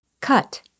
Cut